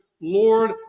lord